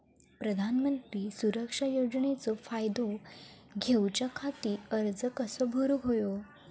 प्रधानमंत्री सुरक्षा योजनेचो फायदो घेऊच्या खाती अर्ज कसो भरुक होयो?